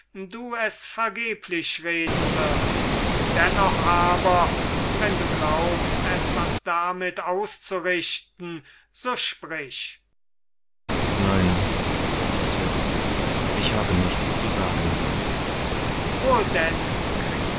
du es vergeblich reden wirst dennoch aber wenn du glaubst etwas damit auszurichten so sprich kriton nein sokrates ich habe nichts zu sagen sokrates wohl denn